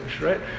right